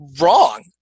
wrong